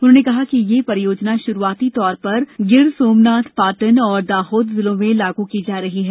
उन्होंने कहा कि यह परियोजना शुरूआती तौर पर गिर सोमनाथ पाटन और दाहोद जिलों में लागू की जा रही है